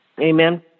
amen